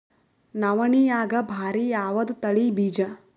ನವಣಿಯಾಗ ಭಾರಿ ಯಾವದ ತಳಿ ಬೀಜ?